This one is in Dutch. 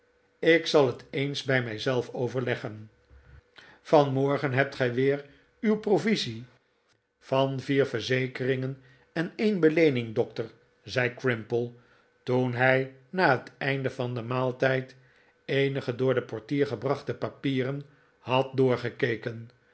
ik zal het eens bij mij zelf overleggen vanmorgen hebt gij weer uw provisie maarten chuzzlewit van vier verzekeringen en een beleening dokter zei crimple toen hij na het einde van den maaltijd eenige door den portier gebrachte papieren had